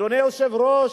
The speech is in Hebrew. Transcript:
אדוני היושב-ראש,